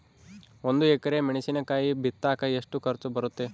ಒಂದು ಎಕರೆ ಮೆಣಸಿನಕಾಯಿ ಬಿತ್ತಾಕ ಎಷ್ಟು ಖರ್ಚು ಬರುತ್ತೆ?